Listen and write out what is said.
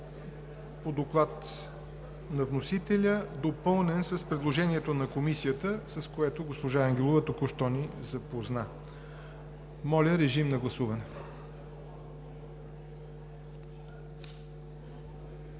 по доклад на вносителя, допълнен с предложението на Комисията, с което госпожа Ангелова току-що ни запозна. Гласували